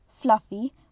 fluffy